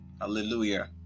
Hallelujah